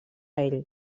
ell